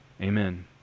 Amen